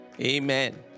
Amen